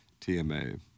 tma